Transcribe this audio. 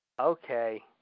Okay